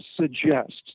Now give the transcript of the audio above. Suggests